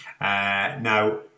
Now